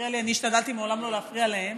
מעולם לא הפריעה לי.